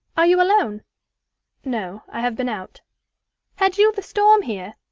are you alone no. i have been out had you the storm here?